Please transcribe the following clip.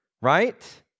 right